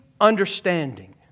understanding